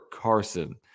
Carson